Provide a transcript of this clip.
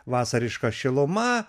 vasariška šiluma